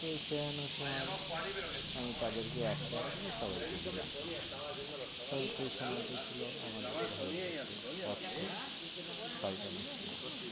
তো সেেরানো সময় আমি তাদেরকে এক টাকা করে সবাইকে দিলাম কারণ সেই সময়টা ছিল আমাদের ভারতবর্ষের অর্থ পাল্টানোর সময়